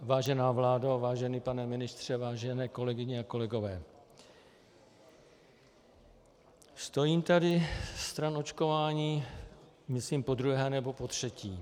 Vážená vládo, vážený pane ministře, vážené kolegyně a kolegové, stojím tu stran očkování myslím podruhé nebo potřetí.